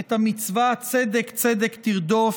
את המצווה "צדק צדק תרדֹף",